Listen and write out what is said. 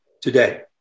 today